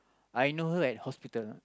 I know her at hospital